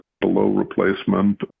below-replacement